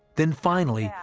then finally,